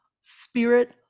Spirit